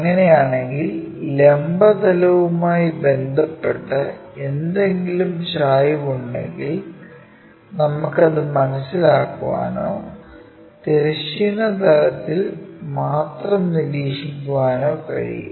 അങ്ങനെയാണെങ്കിൽ ലംബ തലവുമായി ബന്ധപ്പെട്ട് എന്തെങ്കിലും ചായ്വ് ഉണ്ടെങ്കിൽ നമുക്ക് അത് മനസ്സിലാക്കാനോ തിരശ്ചീന തലത്തിൽ മാത്രം നിരീക്ഷിക്കാനോ കഴിയും